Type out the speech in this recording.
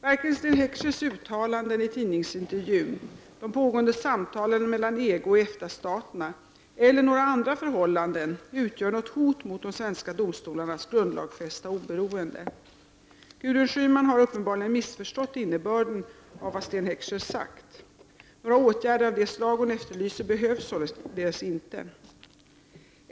Varken Sten Heckschers uttalanden i tidningsintervjun, de pågående samtalen mellan EG och EFTA-staterna eller några andra förhållanden utgör något hot mot de svenska domstolarnas grundlagsfästa oberoende. Gudrun Schyman har uppenbarligen missförstått innebörden av vad Sten Heckscher sagt. Några åtgärder av det slag hon efterlyser behövs således inte.